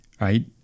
right